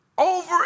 Over